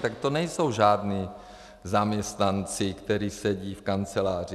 Tak to nejsou žádní zaměstnanci, kteří sedí v kanceláři.